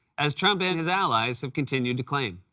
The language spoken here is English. as trump and his allies have continued to claim.